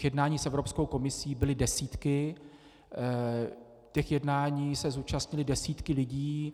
Jednání s Evropskou komisí byly desítky, těch jednání se zúčastnily desítky lidí.